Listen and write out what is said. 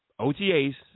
OTAs